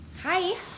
Hi